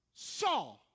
saw